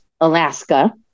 Alaska